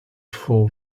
fall